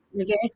okay